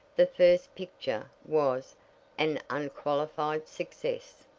the first picture was an unqualified success.